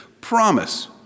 promise